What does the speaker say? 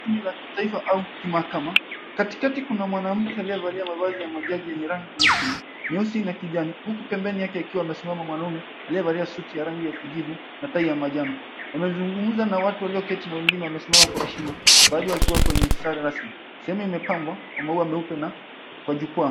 ...la kitaifa au kimahakama. Katikati kuna mwanamke aliyevalia mavazi ya majaji yenye rangi nyekundu, nyeusi na kijani. Huku pembeni yake akiwa amesimama mwanaume aliyevalia suti ya rangi ya kijivu na tai ya manjano. Wamezungumza na watu walioketi na wengine wamesimama kwa heshima baadhi wakiwa kwenye sare rasmi. Sehemu imepangwa kwa maua meupe na kwa jukwaa.